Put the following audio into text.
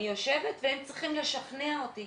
אני יושבת והם צריכים לשכנע אותי.